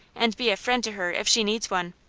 and be a friend to her if she needs one.